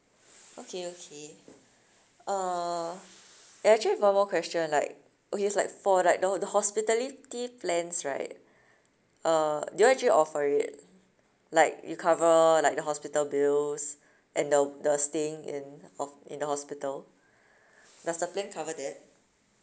okay okay uh I actually have one more question like okay it's like for like the the hospitality plans right uh do you all actually offer it like you cover like hospital bills and the the staying in of in the hospital does the plan cover that